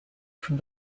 from